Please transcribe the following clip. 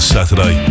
Saturday